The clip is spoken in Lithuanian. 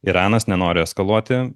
iranas nenori eskaluoti